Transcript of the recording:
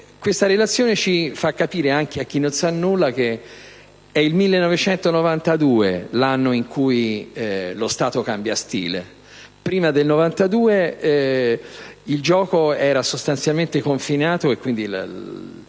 Questa relazione fa capire anche a chi non sa nulla che è il 1992 l'anno in cui lo Stato cambia stile. Prima del 1992, il gioco era sostanzialmente confinato all'interno